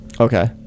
Okay